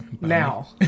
Now